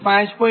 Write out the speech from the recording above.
58 85